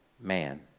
man